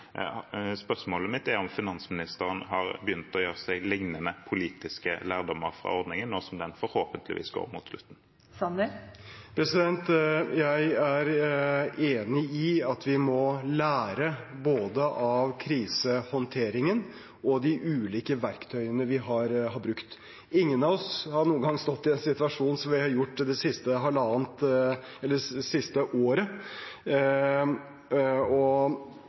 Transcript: Spørsmålet mitt er om finansministeren har begynt å ta lignende politisk lærdom av ordningen, nå som den forhåpentligvis går mot slutten. Jeg er enig i at vi må lære av både krisehåndteringen og de ulike verktøyene vi har brukt. Ingen av oss har noen gang stått i en situasjon som den vi har stått i siste